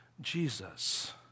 Jesus